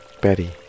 Betty